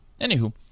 Anywho